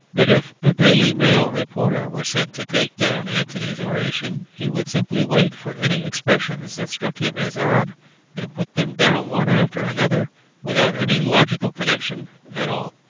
but if a daily mail reporter were sent to take down antony's oration, he would simply wait for any expressions that struck him as odd and put them down one after another without any logical connection at all.